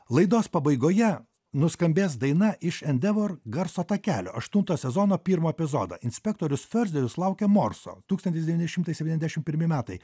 laidos pabaigoje nuskambės daina iš endevor garso takelio aštunto sezono pirmo epizodą inspektorius fiorzderis laukia morso tūkstantis devyni šimtai septyniasdešimt pirmi metai